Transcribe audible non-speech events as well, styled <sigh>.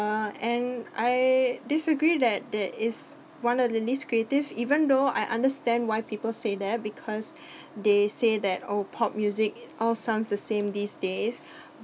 uh and I disagree that that is one of the least creative even though I understand why people say that because <breath> they say that oh pop music all sounds the same these days